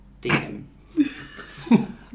DM